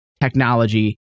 technology